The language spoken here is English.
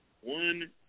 one